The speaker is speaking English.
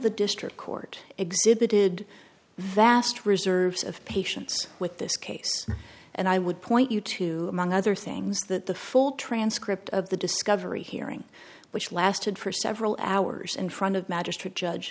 the district court exhibited vast reserves of patience with this case and i would point you to among other things that the full transcript of the discovery hearing which lasted for several hours in front of magistrate judge